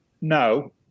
No